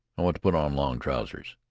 i want to put on long trousers.